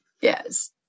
Yes